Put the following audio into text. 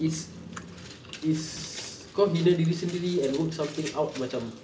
is is kau hina diri sendiri and work something out macam